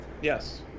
Yes